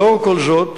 לאור כל זאת,